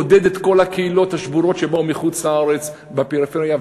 עודד את כל הקהילות השבורות שבאו מחוץ-לארץ בפריפריה,